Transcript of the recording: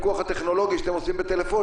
על הפיקוח הטכנולוגי שאתם עושים בטלפונים.